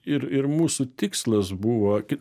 ir ir mūsų tikslas buvo